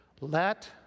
Let